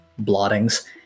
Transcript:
blottings